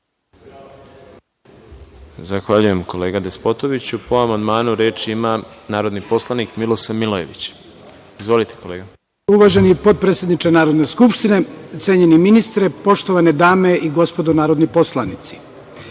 Zahvaljujem, kolega Despotoviću. Po amandmanu reč ima narodni poslanik Milosav Milojević. Izvolite, kolega. **Milosav Milojević** Uvaženi potpredsedniče Narodne skupštine, cenjeni ministre, poštovane dame i gospodo narodni poslanici,